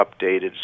updated